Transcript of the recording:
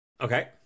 Okay